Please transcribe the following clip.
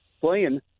playing